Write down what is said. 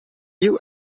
you